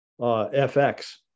FX